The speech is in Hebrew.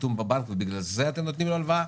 חיתום בבנק ובגלל זה אתם נותנים לו הלוואה?